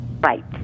Right